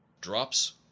drops